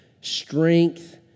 strength